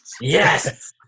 Yes